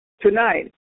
tonight